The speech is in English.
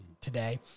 today